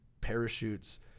Parachutes